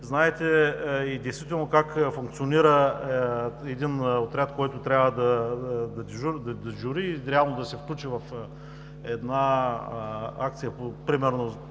знаете действително как функционира отряд, който трябва да дежури и реално да се включи в акция, примерно